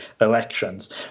elections